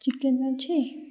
chicken ଅଛି